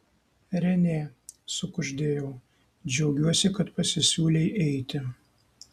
renė sukuždėjau džiaugiuosi kad pasisiūlei eiti